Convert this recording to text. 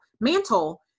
mantle